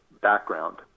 background